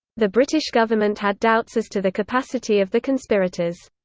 the british government had doubts as to the capacity of the conspirators.